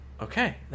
Okay